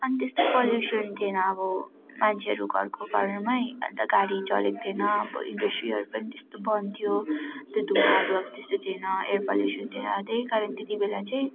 अनि त्यस्तो पल्युसन थिएन अब मान्छेहरू घरको घरमै अन्त गाडी चलेको थिएन अब इन्डस्ट्रीहरू पनि त्यस्तो बन्द थियो अन्त धुवाँहरू अब त्यस्तो थिएन एर पल्युसन थिएन त्यहीकारण त्यतिबेला चाहिँ